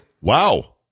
Wow